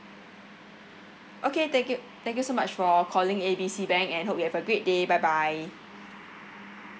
okay thank you thank you so much for calling A B C bank and hope you have a great day bye bye